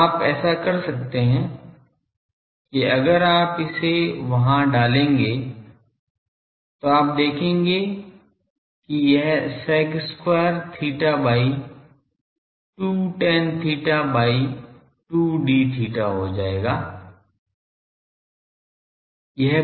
तो आप ऐसा कर सकते हैं कि अगर आप इसे वहां डालेंगे तो आप देखेंगे कि यह sec square theta by 2 tan theta by 2 d theta हो जाएगा